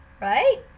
Right